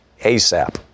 ASAP